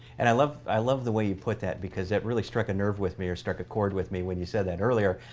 and i love i love the way you put that because it really struck a nerve with me or struck a chord with me when you said that earlier.